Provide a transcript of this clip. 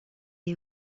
est